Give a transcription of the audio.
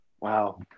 wow